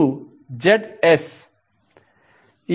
5j1